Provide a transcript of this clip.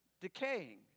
decaying